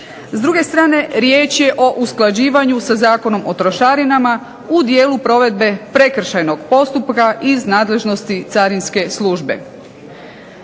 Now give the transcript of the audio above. S druge strane riječ je o usklađivanju sa Zakonom o trošarinama u dijelu provedbe prekršajnog postupka iz nadležnosti carinske službe.